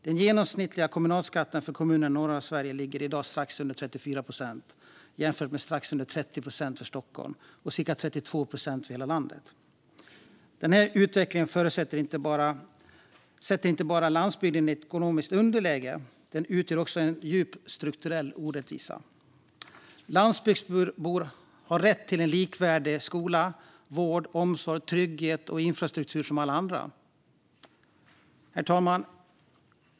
Den genomsnittliga kommunala skattesatsen för kommunerna i norra Sverige ligger i dag strax under 34 procent, jämfört med strax under 30 procent för Stockholm och cirka 32 procent för hela landet. Denna utveckling försätter inte bara landsbygden i ett ekonomiskt underläge; den utgör också en djup strukturell orättvisa. Landsbygdsbor har rätt till en vård, skola, omsorg, trygghet och infrastruktur som är likvärdig med alla andras. Herr talman!